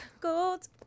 Gold